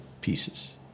pieces